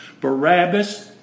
Barabbas